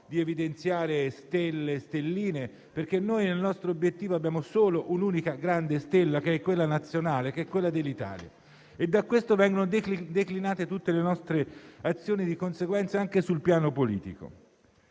di evidenziare stelle e stelline, perché nel nostro obiettivo abbiamo un'unica grande stella, che è quella nazionale, quella dell'Italia. E, sulla base di questo, vengono declinate tutte le nostre azioni e di conseguenza anche quelle sul piano politico.